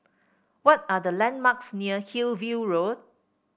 what are the landmarks near Hillview Road